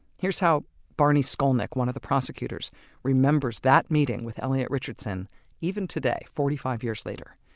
here's how barney skolnik, one of the prosecutors remembers that meeting with elliot richardson even today. forty five years later.